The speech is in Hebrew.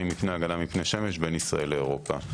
מפני הגנה מפני שמש בין ישראל לאירופה.